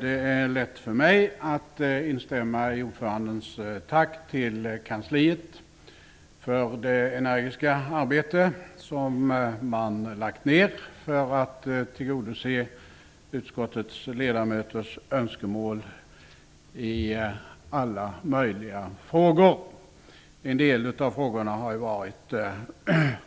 Det är lätt för mig att instämma i ordförandens tack till kansliet för det energiska arbete som man har lagt ned för att tillgodose utskottets ledamöters önskemål i alla möjliga frågor. En del av frågorna har